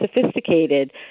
sophisticated